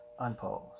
unpause